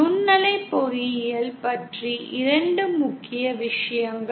நுண்ணலை பொறியியல் பற்றி 2 முக்கிய விஷயங்கள்